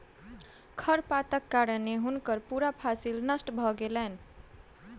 खरपातक कारणें हुनकर पूरा फसिल नष्ट भ गेलैन